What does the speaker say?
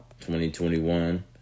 2021